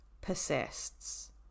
persists